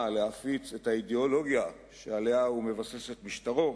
להפיץ את האידיאולוגיה שעליה הוא מבסס את משטרו,